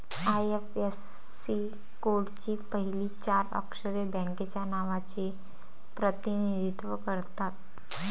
IFSC कोडची पहिली चार अक्षरे बँकेच्या नावाचे प्रतिनिधित्व करतात